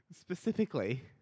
Specifically